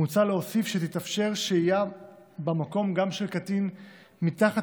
מוצע להוסיף שתתאפשר שהייה במקום גם של קטין מתחת